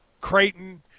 Creighton